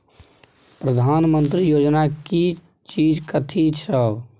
प्रधानमंत्री योजना की चीज कथि सब?